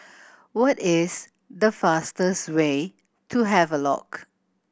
what is the fastest way to Havelock